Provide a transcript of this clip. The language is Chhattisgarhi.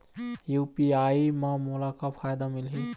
यू.पी.आई म मोला का फायदा मिलही?